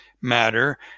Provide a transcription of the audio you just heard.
matter